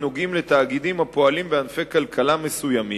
תאגידים הפועלים בענפי כלכלה מסוימים,